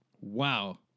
Wow